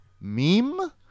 meme